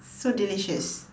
so delicious